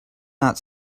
not